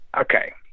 okay